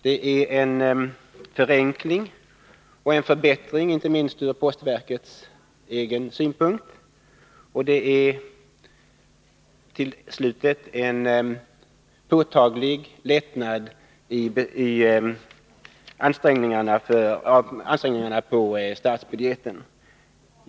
Det innebär en förenkling och en förbättring, inte minst ur postverkets egen synpunkt, och det medför en påtaglig lättnad för statsbudgeten.